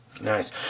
Nice